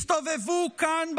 הסתובבו כאן,